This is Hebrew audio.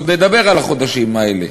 עוד נדבר על החודשים האלה,